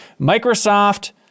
microsoft